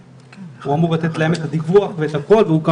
הוא אמור לתת להם את הדיווח ואת הכול והוא,